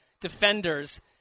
defenders